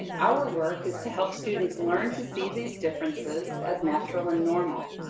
our work is to help students learn to see these differences as natural and normal.